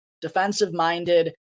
Defensive-minded